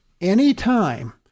anytime